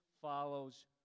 follows